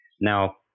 Now